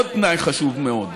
עוד תנאי חשוב מאוד,